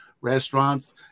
restaurants